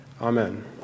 Amen